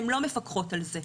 הן לא מפקחות על זה.